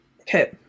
Okay